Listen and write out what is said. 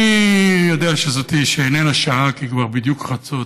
אני יודע שזו איננה שעה, כי בדיוק חצות,